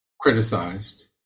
criticized